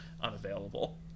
unavailable